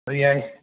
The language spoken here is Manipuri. ꯍꯣꯏ ꯌꯥꯏ